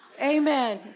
Amen